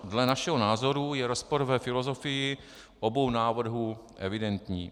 Dle našeho názoru je rozpor ve filozofii obou návrhů evidentní.